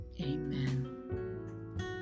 amen